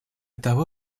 того